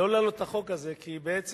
לא להעלות את החוק הזה, כי בעצם